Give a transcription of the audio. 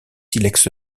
silex